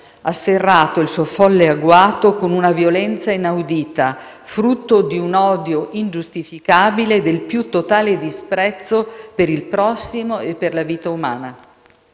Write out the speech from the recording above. ha sferrato il suo folle agguato con una violenza inaudita, frutto di un odio ingiustificabile e del più totale disprezzo per il prossimo e per la vita umana.